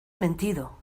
mentido